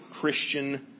Christian